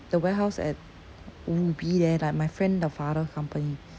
the warehouse at ubi there like my friend the father company